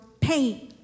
pain